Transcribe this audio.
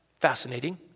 fascinating